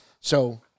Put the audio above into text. So-